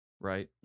Right